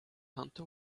hunter